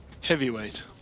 Heavyweight